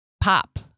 pop